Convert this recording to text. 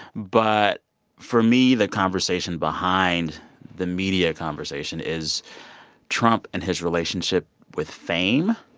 but for me the conversation behind the media conversation is trump and his relationship with fame.